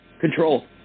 Control